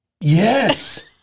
Yes